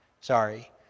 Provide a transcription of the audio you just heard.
sorry